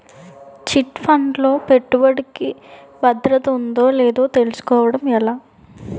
Chit fund లో పెట్టుబడికి భద్రత ఉందో లేదో తెలుసుకోవటం ఎలా?